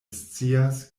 scias